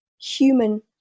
human